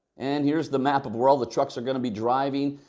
and here's the map of where all the trucks are going to be driving.